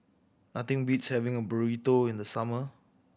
nothing beats having Burrito in the summer